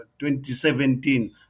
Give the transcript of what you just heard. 2017